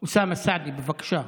אוסאמה סעדי, בבקשה.